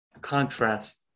contrast